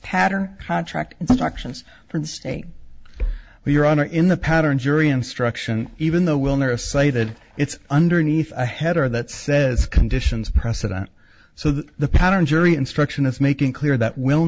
pattern contract instructions for the state we're on are in the pattern jury instruction even though we'll never say that it's underneath a header that says conditions precedent so that the pattern jury instruction is making clear that wil